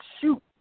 shoot